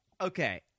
Okay